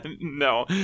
no